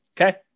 Okay